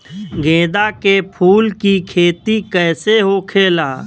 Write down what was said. गेंदा के फूल की खेती कैसे होखेला?